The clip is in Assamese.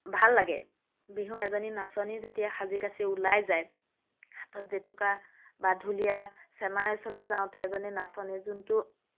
ভাল লাগে বিহু এজনী নাচনী যেতিয়া সাজি কাচি ওলাই যায় হাতত জেতুকা বা ঢুলীয়া চেনাইৰ ওচৰলৈ যাওঁতে এজনী নাচনীৰ যোনটো